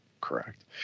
correct